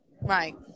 Right